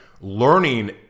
learning